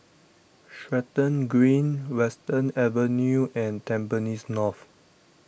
Stratton Green Western Avenue and Tampines North